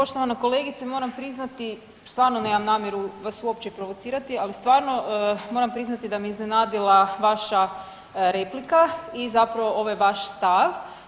Poštovana kolegice moram priznati stvarno nemam namjeru vas uopće provocirati, ali stvarno moram priznati da me iznenadila vaša replika i zapravo ovaj vaš stav.